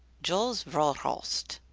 jules verhulst,